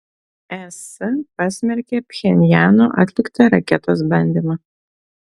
es pasmerkė pchenjano atliktą raketos bandymą